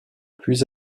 puis